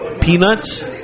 peanuts